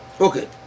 Okay